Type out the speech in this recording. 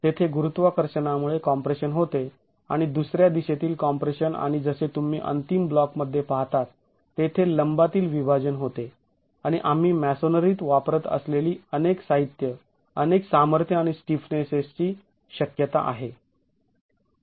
तेथे गुरुत्वाकर्षणामुळे कॉम्प्रेशन होते आणि दुसऱ्या दिशेतील कॉम्प्रेशन आणि जसे तुम्ही अंतिम ब्लॉक मध्ये पाहतात तेथे लंबातील विभाजन होते आणि आम्ही मॅसोनरीत वापरत असलेली अनेक साहित्य अनेक सामर्थ्य आणि स्टिफनेसेसची शक्यता आहे